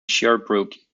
sherbrooke